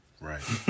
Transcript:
Right